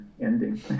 ending